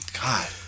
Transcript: God